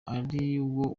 ariwo